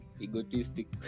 egotistic